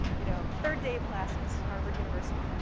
you know, third day of classes, harvard university.